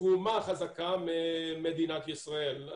תרומה חזקה ממדינת ישראל.